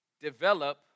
Develop